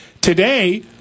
Today